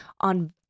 on